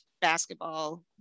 basketball